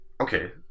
okay